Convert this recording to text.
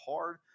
hard